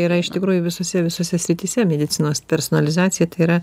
yra iš tikrųjų visose visose srityse medicinos personalizacija tai yra